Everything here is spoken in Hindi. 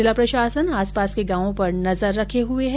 जिला प्रशासन आस पास के गांवों पर नजर रखे हुए है